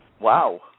wow